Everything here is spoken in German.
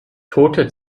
tote